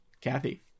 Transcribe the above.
Kathy